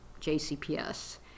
JCPS